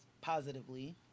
positively